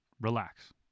relax